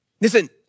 listen